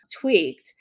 tweaked